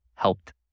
helped